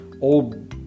old